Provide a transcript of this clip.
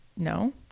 no